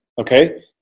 okay